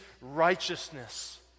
righteousness